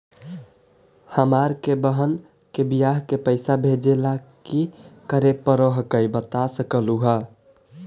हमार के बह्र के बियाह के पैसा भेजे ला की करे परो हकाई बता सकलुहा?